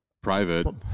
private